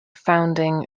founding